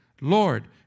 Lord